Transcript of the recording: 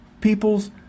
People's